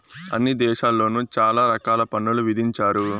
అన్ని దేశాల్లోను చాలా రకాల పన్నులు విధించారు